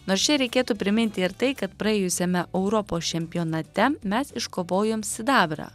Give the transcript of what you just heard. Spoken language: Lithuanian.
nors čia reikėtų priminti ir tai kad praėjusiame europos čempionate mes iškovojom sidabrą